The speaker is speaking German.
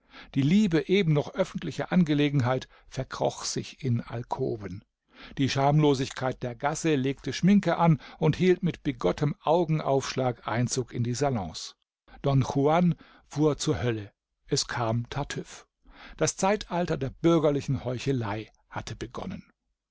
die liebe eben noch öffentliche angelegenheit verkroch sich in alkoven die schamlosigkeit der gasse legte schminke an und hielt mit bigottem augenaufschlag einzug in die salons don juan fuhr zur hölle es kam tartüff das zeitalter der bürgerlichen heuchelei hatte begonnen